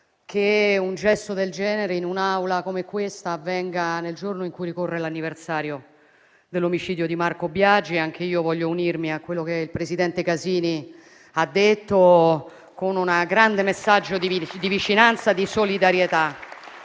che un gesto del genere, in un'Aula come questa, avvenga nel giorno in cui ricorre l'anniversario dell'omicidio di Marco Biagi. Anche io voglio unirmi a quello che il presidente Casini ha detto con un grande messaggio di vicinanza e di solidarietà